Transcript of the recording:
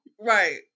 Right